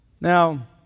Now